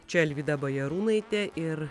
čia alvyda bajarūnaitė ir